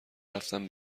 رفتم